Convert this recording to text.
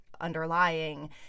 underlying